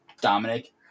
Dominic